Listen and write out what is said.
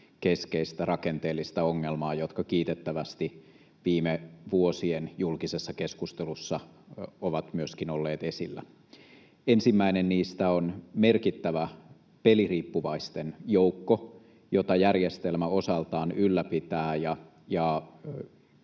keskeistä rakenteellista ongelmaa, jotka kiitettävästi viime vuosien julkisessa keskustelussa ovat myöskin olleet esillä. Ensimmäinen niistä on merkittävä peliriippuvaisten joukko, jota järjestelmä osaltaan ylläpitää ja